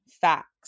facts